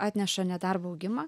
atneša nedarbo augimą